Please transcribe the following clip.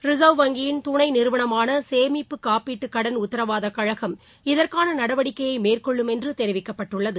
reserve வங்கியின் துணை நிறுவனமான சேமிப்பு காப்பீட்டு கடன் உத்தரவாதக் கழகம் இதற்கான நடவடிக்கை மேற்கொள்ளும் என்று தெரிவிக்கப்பட்டுள்ளது